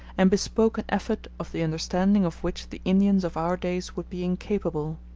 and bespoke an effort of the understanding of which the indians of our days would be incapable.